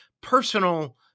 personal